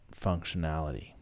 functionality